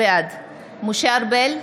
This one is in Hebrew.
בעד משה ארבל,